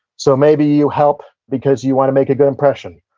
so maybe you help because you want to make a good impression,